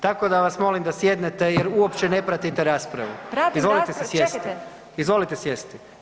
Tako da vas molim da sjednete jer uopće ne pratite raspravu [[Upadica Orešković: Pratim raspravu.]] Izvolite se sjesti [[Upadica Orešković: Čekajte.]] Izvolite sjesti.